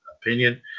opinion